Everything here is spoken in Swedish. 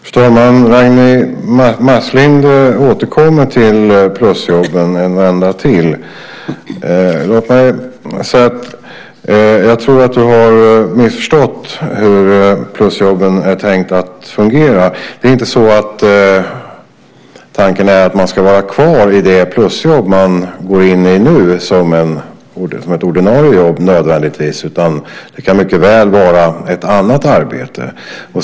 Fru talman! Ragnwi Marcelind återkommer till plusjobben en vända till. Jag tror att du har missförstått hur plusjobben är tänkta att fungera. Tanken är inte att man nödvändigtvis ska vara kvar i det plusjobb man går in i nu som ett ordinarie jobb. Det kan mycket väl vara ett annat arbete.